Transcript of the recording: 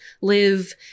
live